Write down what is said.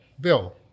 Bill